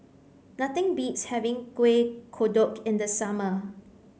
nothing beats having Kueh Kodok in the summer